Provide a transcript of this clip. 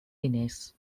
diners